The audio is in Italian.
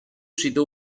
sito